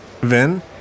vin